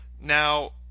Now